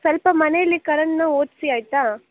ಸ್ವಲ್ಪ ಮನೆಯಲ್ಲಿ ಕರಣ್ನ ಓದಿಸಿ ಆಯಿತಾ